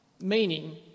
meaning